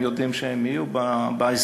הם יודעים שהם יהיו בהסדר.